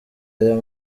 ayo